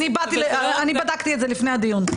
אני בדקתי את זה לפני הדיון.